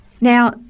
Now